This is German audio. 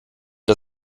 wir